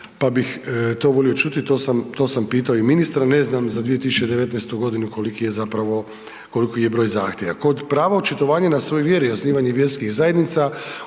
pa bih to volio čuti, to sam pitao i ministra, ne znam za 2019. g. koliki je zapravo koliko je broj zahtjeva. Kod prava očitovanja na svoje vjere i osnivanje vjerskih zajednica,